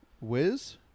Wiz